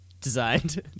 designed